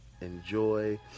enjoy